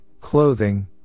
clothing